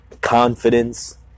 confidence